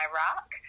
Iraq